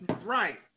Right